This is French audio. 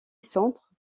centre